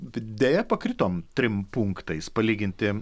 deja pakritom trim punktais palyginti